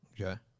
Okay